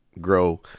grow